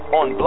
on